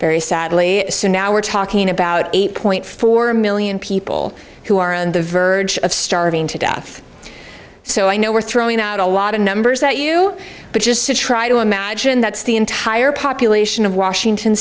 very sadly soon now we're talking about eight point four million people who are on the verge of starving to death so i know we're throwing out a lot of numbers that you but just to try to imagine that's the entire population of washington